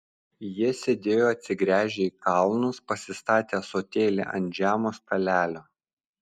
jie sėdėjo atsigręžę į kalnus pasistatę ąsotėlį ant žemo stalelio